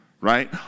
right